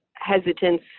hesitance